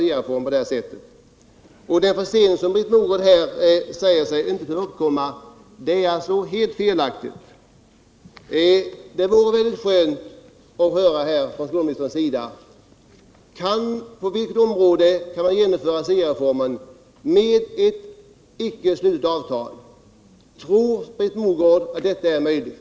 När Britt Mogård säger att en försening inte kan uppkomma så är det helt felaktigt. Det vore skönt att få svar från skolministern: På vilket område kan man genomföra SIA-reformen med ett icke slutet avtal? Tror Britt Mogård att detta är möjligt?